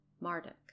Marduk